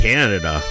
Canada